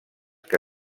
que